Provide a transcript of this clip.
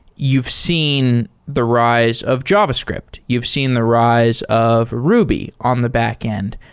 you've seen the rise of javascript. you've seen the rise of ruby on the backend.